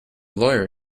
lawyer